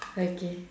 okay